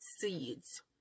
seeds